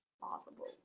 possible